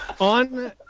on